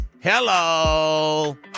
Hello